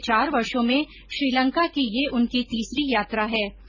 पिछले चार वर्षों में श्रीलंका की यह उनकी तीसरी यात्रा है